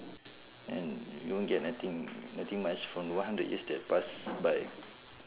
and you won't get nothing nothing much from one hundred years that pass by